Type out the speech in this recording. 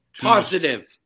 Positive